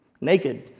Naked